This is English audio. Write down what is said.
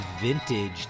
vintage